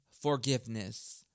forgiveness